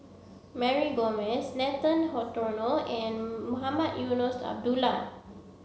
Mary Gomes Nathan Hartono and Mohamed Eunos Abdullah